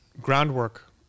groundwork